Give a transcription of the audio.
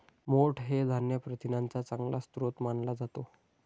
मोठ हे धान्य प्रथिनांचा चांगला स्रोत मानला जातो